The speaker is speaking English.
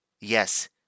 Yes